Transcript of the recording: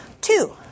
two